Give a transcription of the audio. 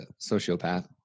sociopath